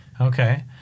Okay